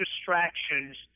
distractions